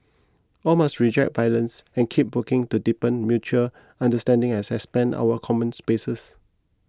all must reject violence and keep working to deepen mutual understanding and expand our common spaces